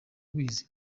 umuzi